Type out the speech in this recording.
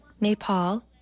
Nepal